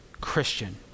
Christian